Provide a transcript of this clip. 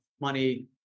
money